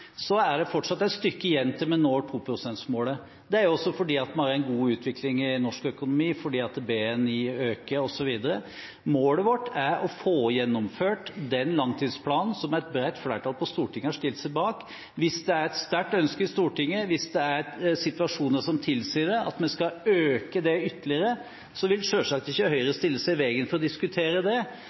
Så er det fortsatt et stykke igjen til vi når 2-prosentmålet. Det er også fordi vi har en god utvikling i norsk økonomi, fordi BNI øker, osv. Målet vårt er å få gjennomført den langtidsplanen som et bredt flertall på Stortinget har stilt seg bak. Hvis det er et sterkt ønske i Stortinget, hvis det er situasjoner som tilsier at vi skal øke det ytterligere, vil selvsagt ikke Høyre stille seg i veien for å diskutere det,